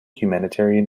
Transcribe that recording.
humanitarian